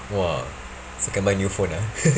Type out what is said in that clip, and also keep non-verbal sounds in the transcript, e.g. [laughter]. !wah! so can buy new phone ah [laughs]